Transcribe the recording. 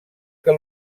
que